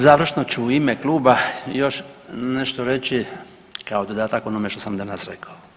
Završno ću u ime Kluba još nešto reći kao dodatak onome što sam danas rekao.